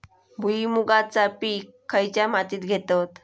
भुईमुगाचा पीक खयच्या मातीत घेतत?